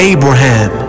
Abraham